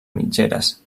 mitgeres